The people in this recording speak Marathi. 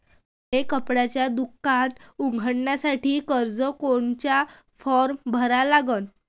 मले कपड्याच दुकान उघडासाठी कर्जाचा कोनचा फारम भरा लागन?